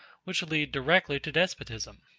which lead directly to despotism.